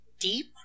deep